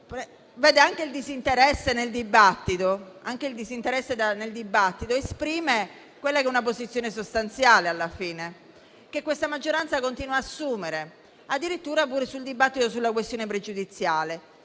sia, anche il disinteresse nel dibattito esprime una posizione sostanziale, alla fine, quella che questa maggioranza continua ad assumere, addirittura sul dibattito sulla questione pregiudiziale.